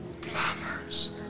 Plumbers